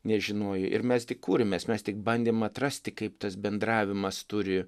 nežinojo ir mes tik kūrėmės mes tik bandėm atrasti kaip tas bendravimas turi